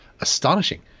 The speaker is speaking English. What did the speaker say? astonishing